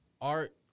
Art